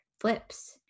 flips